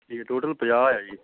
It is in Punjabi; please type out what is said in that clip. ਠੀਕ ਹੈ ਟੋਟਲ ਪੰਜਾਹ ਆ ਜੀ